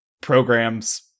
programs